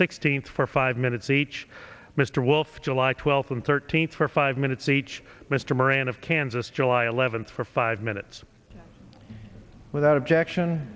sixteenth for five minutes each mr wolf july twelfth and thirteenth for five minutes each mr moran of kansas july eleventh for five minutes without objection